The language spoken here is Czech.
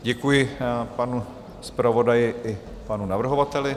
Děkuji panu zpravodaji i panu navrhovateli.